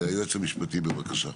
היועץ המשפטי, בבקשה.